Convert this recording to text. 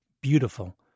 beautiful